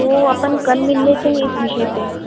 तो अपन कल मिल लेते हैं इस विषय पे